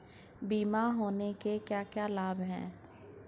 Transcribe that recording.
बीमा होने के क्या क्या लाभ हैं?